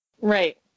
Right